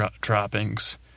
droppings